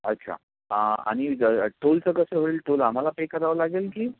अच्छा आणि ज टोलचं कसं होईल टोल आम्हाला पे करावं लागेल की